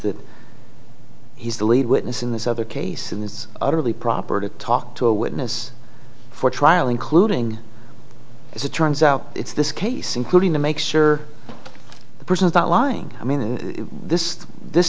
that he's the lead witness in this other case and it's utterly proper to talk to a witness for trial including as it turns out it's this case including the make sure the person is not lying i mean this this